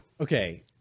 okay